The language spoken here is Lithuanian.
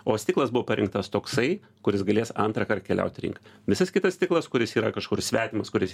o stiklas buvo parinktas toksai kuris galės antrąkart keliaut į rinką visas kitas stiklas kuris yra kažkur svetimas kuris